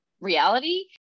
reality